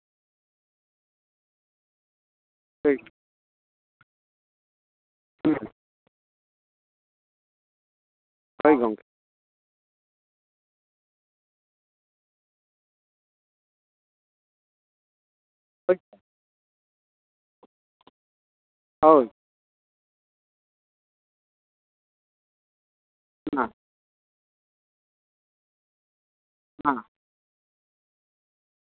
ᱦᱳᱭ ᱜᱚᱢᱠᱮ ᱦᱳᱭ ᱦᱮᱸ ᱦᱮᱸ